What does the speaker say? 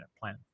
plan